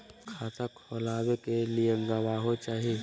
खाता खोलाबे के लिए गवाहों चाही?